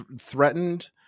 threatened